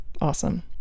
Awesome